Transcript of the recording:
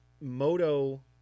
moto